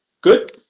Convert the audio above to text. good